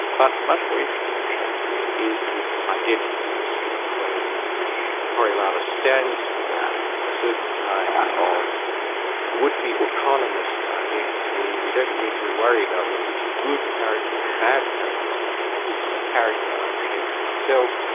but much more interesting to shakespeare is this identity issue, the way in which coriolanus stands for a certain kind of would-be autonomous identity we don't need to worry about whether it's a good character or a bad character so much as it's a character i've shaped for myself.